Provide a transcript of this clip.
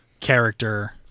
character